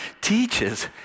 teaches